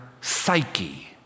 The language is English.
psyche